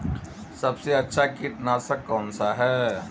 सबसे अच्छा कीटनाशक कौन सा है?